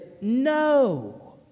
no